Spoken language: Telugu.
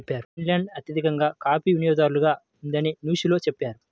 ఫిన్లాండ్ అత్యధిక కాఫీ వినియోగదారుగా ఉందని న్యూస్ లో చెప్పారు